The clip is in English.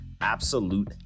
Absolute